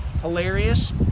hilarious